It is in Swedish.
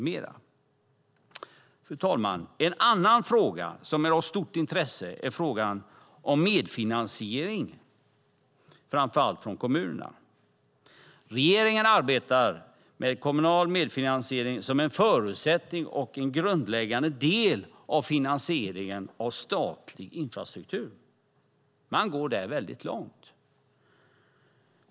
Fru talman! En annan fråga som är av stort intresse är frågan om medfinansiering, framför allt från kommunerna. Regeringen arbetar med kommunal medfinansiering som en förutsättning för och grundläggande del av finansieringen av statlig infrastruktur. Man går där väldigt långt.